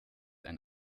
ein